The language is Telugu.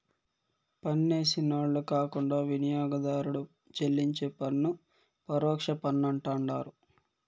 పన్నేసినోళ్లు కాకుండా వినియోగదారుడు చెల్లించే పన్ను పరోక్ష పన్నంటండారు